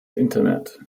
internet